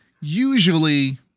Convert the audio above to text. usually